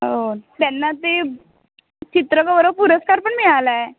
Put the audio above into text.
हो त्यांना ते चित्र गौरव पुरस्कार पण मिळाला आहे